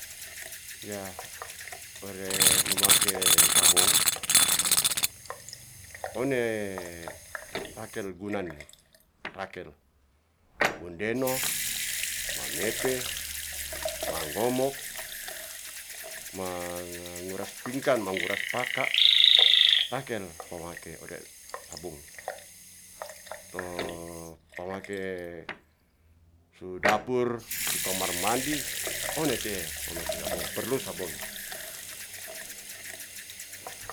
Ya' ore mamake sabong, one rakel gunane rakel. Wu ndeno mamepe, mangomok, manguras pingkan, manguras paka, rakel pamake ore sabong. To pamake su dapur, su kamar mandi one te'e ono kilabong perlu sabun